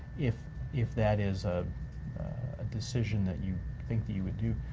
if if that is a ah decision that you think that you would do,